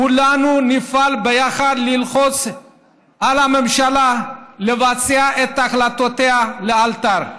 כולנו נפעל ביחד ללחוץ על הממשלה לבצע את החלטותיה לאלתר.